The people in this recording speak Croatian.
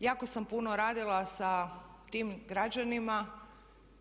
Jako sam puno radila sa tim građanima,